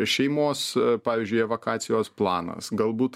šeimos pavyzdžiui evakuacijos planas galbūt